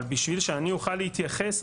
אבל בשביל שאני אוכל להתייחס,